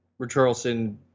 Richarlison